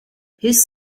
his